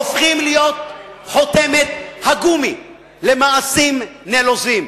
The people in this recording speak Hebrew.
הופכים להיות חותמת הגומי למעשים נלוזים.